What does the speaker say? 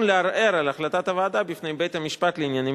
הפוקד.